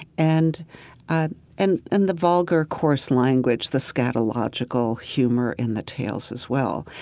and ah and and the vulgar coarse language, the scatological humor in the tales as well.